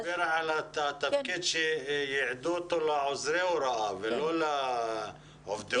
אני מדבר על התפקיד שייעדו אותו לעוזרי הוראה ולא לעובדי הוראה.